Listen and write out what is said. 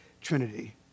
Trinity